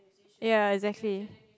ya exactly